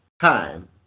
time